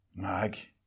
Mag